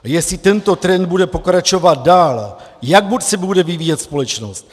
Jestli tento trend bude pokračovat dál, jak moc se bude vyvíjet společnost.